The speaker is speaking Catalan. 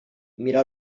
mira